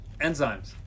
enzymes